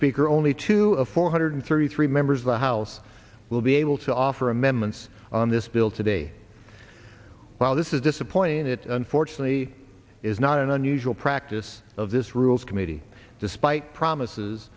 speaker only to a four hundred thirty three members the house will be able to offer amendments on this bill today while this is disappointing it unfortunately is not an unusual practice of this rules committee despite promises